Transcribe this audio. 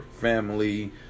family